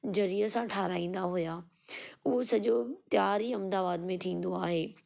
जरीअ सां ठाहिराईंदा हुया उहो सॼो तयारु ई अहमदाबाद में थींदो आहे